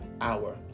Hour